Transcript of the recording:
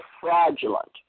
fraudulent